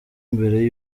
mbere